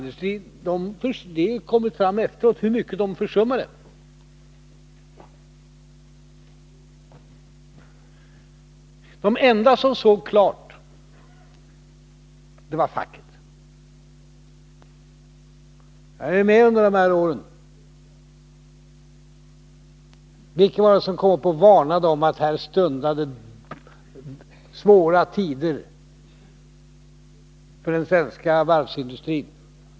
Det har kommit fram först efteråt hur mycket varvsindustrin försummade. De enda som såg klart var fackets företrädare. Jag var ju med under de här åren. Vilka var det som kom och varnade om att här stundade svåra tider för den svenska varvsindustrin?